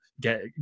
get